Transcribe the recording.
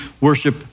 worship